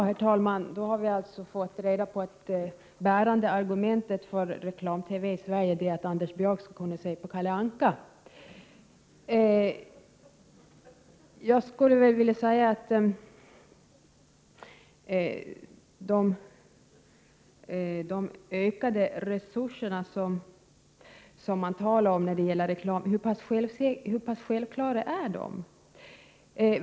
Herr talman! Då har vi alltså fått reda på att det bärande argumentet för reklam-TV i Sverige är att Anders Björck skall kunna se på Kalle Anka. De ökade resurser som man talar om när det gäller reklam — hur pass — Prot. 1987/88:47 självklara är de?